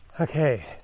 Okay